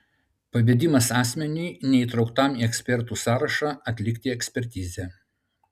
pavedimas asmeniui neįtrauktam į ekspertų sąrašą atlikti ekspertizę